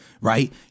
Right